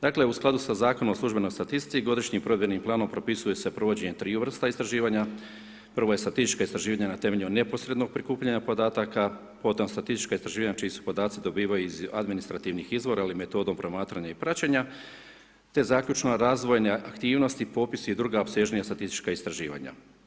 Dakle u skladu sa Zakonom o službenoj statistici, godišnjim provedbenim planom propisuje se provođenje triju vrsta istraživanja, prvo je statističko istraživanje na temelju neposrednog prikupljanja podataka, potom statistička istraživanja čiji se podaci dobivaju iz administrativnih izvora ili metodom promatranja i praćenja te zaključno razvojne aktivnosti, popisi i druga opsežnija statistička istraživanja.